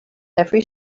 every